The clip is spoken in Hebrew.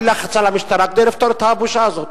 לחץ על המשטרה כדי לפתור את הבושה הזאת.